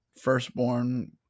firstborn